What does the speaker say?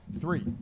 three